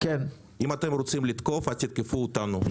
אם אתם רוצים לתקוף אז תתקפו אותנו.